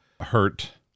hurt